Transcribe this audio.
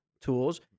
tools